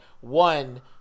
one